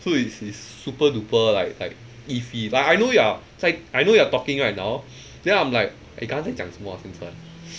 so is is super duper like like iffy like I know you are 在 I know you are talking right now then I'm like eh 他在讲什么 ah 现在